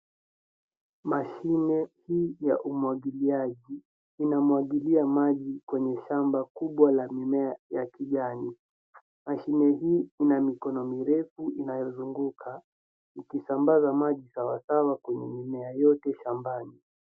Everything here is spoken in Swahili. Mashine hii ya umwagiliaji. Inamwagilia maji kwenye shamba kubwa la mimea ya kijani. Mashine hii ina mikono mirefu inayozunguka ikisambaza maji sawasawa kwenye mimea yote shambani.